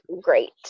great